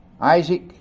Isaac